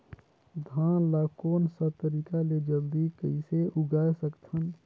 धान ला कोन सा तरीका ले जल्दी कइसे उगाय सकथन?